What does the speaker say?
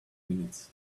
minutes